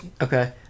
Okay